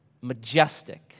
majestic